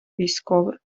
військових